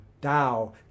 Tao